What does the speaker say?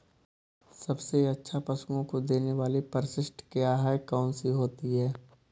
सबसे अच्छा पशुओं को देने वाली परिशिष्ट क्या है? कौन सी होती है?